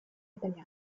italiano